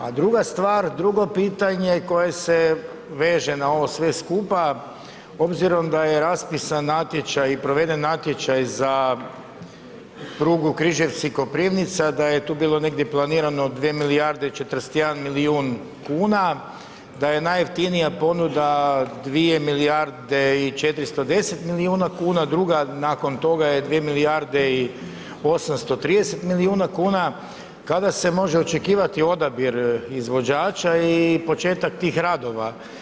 A druga stvar, drugo pitanje koje se veže na ovo sve skupa, obzirom da je raspisan natječaj i proveden natječaj za prugu Križevci-Koprivnica da je tu bilo negdje planirano 2 milijarde i 41 milijun kuna, da je najjeftinija ponuda 2 milijarde i 410 milijuna kuna, druga nakon toga je 2 milijarde i 830 milijuna kuna, kada se može očekivati odabir izvođača i početak tih radova?